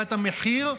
סוגיית המחיר,